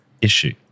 issue